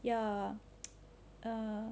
ya err